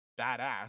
badass